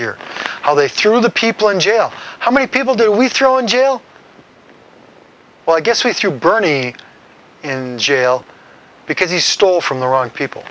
year how they threw the people in jail how many people do we throw in jail well i guess we threw bernie in jail because he stole from the wrong people